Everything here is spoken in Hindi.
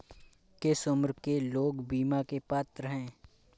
किस उम्र के लोग बीमा के लिए पात्र हैं?